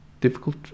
difficult